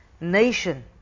nation